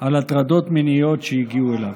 על הטרדות מיניות שהגיעו אליו.